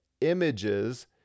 images